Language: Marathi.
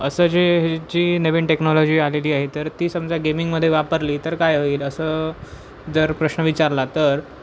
असं जे ही जी नवीन टेक्नॉलॉजी आलेली आहे तर ती समजा गेमिंगमध्ये वापरली तर काय होईल असं जर प्रश्न विचारला तर